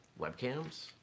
webcams